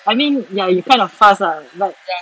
I mean ya you're kind of fast lah but